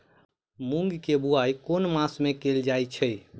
मूँग केँ बोवाई केँ मास मे कैल जाएँ छैय?